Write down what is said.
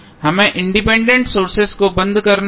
हमें independent sources को बंद करना होगा